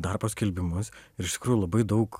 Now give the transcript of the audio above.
darbo skelbimus ir iš tikrųjų labai daug